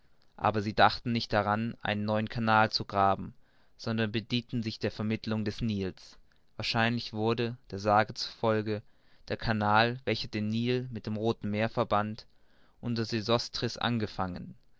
aber sie dachten nicht daran einen neuen canal zu graben sondern bedienten sich der vermittelung des nils wahrscheinlich wurde der sage zufolge der canal welcher den nil mit dem rothen meere verband unter sesostris angefangen